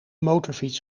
motorfiets